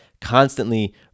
constantly